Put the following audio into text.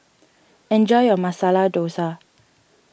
enjoy your Masala Dosa